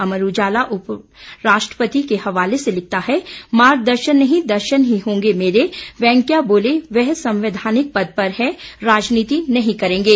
अमर उजाला उप राष्ट्रपति के हवाले से लिखता है मार्गदर्शन नहीं दर्शन ही होंगे मेरे वेंकैया बोले वह सवैंधानिक पद पर हैं राजनीति नहीं करेंगे